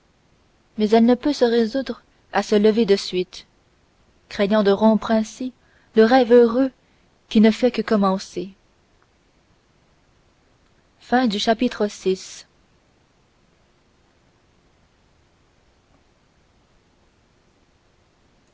mais elle ne peut se résoudre à se lever de suite craignant de rompre ainsi le rêve heureux qui ne fait que commencer chapitre vii